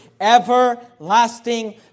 everlasting